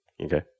Okay